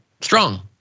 strong